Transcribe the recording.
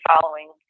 following